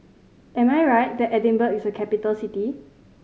am I right that Edinburgh is a capital city